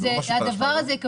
אנחנו כבר שנה עוסקים בזה.